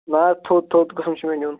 نہ حَظ تھوٚد تھوٚد قٕسم چھُ مےٚ نِیُن